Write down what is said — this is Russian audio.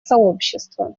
сообщества